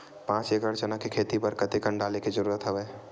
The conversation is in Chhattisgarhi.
पांच एकड़ चना के खेती बर कते कन डाले के जरूरत हवय?